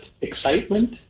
excitement